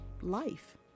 life